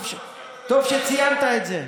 טוב שציינת את זה.